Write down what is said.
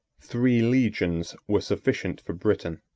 three legions were sufficient for britain.